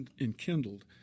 enkindled